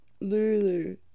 Lulu